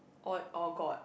or or god